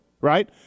right